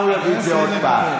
מחר הוא יביא את זה עוד פעם.